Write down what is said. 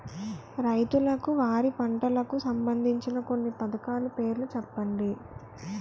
రైతులకు వారి పంటలకు సంబందించిన కొన్ని పథకాల పేర్లు చెప్పండి?